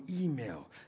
email